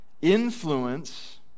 Influence